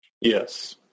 Yes